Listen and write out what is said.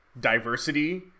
diversity